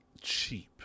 cheap